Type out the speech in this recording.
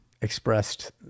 expressed